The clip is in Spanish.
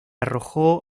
arrojó